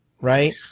Right